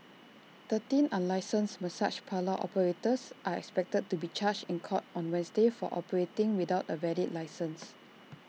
thirteen unlicensed massage parlour operators are expected to be charged in court on Wednesday for operating without A valid licence